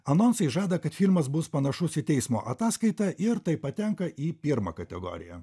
anonsai žada kad filmas bus panašus į teismo ataskaitą ir taip patenka į pirmą kategoriją